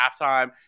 halftime